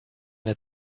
eine